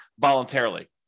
voluntarily